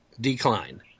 decline